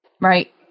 Right